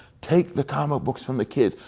take the comic books from the kids.